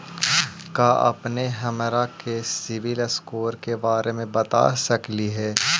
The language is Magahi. का अपने हमरा के सिबिल स्कोर के बारे मे बता सकली हे?